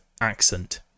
accent